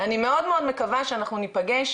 אני מאוד מקווה שאנחנו נפגש